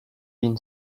been